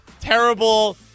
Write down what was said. terrible